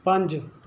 ਪੰਜ